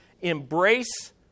Embrace